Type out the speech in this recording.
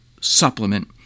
supplement